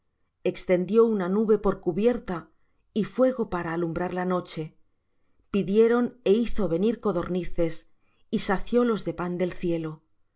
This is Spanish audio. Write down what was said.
extendió una nube por cubierta y fuego para alumbrar la noche pidieron é hizo venir codornices y saciólos de pan del cielo